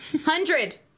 Hundred